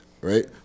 Right